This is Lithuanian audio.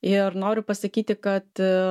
ir noriu pasakyti kad